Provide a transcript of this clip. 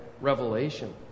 revelation